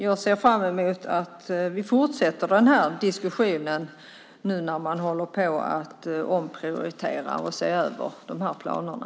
Jag ser fram emot att vi fortsätter den här diskussionen särskilt som man nu håller på att omprioritera och se över de här planerna.